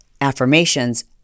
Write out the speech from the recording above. affirmations